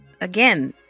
Again